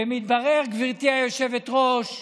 ומתברר, גברתי היושבת-ראש,